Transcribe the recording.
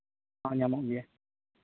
ᱦᱚᱸ ᱜᱟᱱᱚᱜ ᱜᱮᱭᱟ